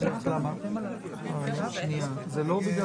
ננעלה בשעה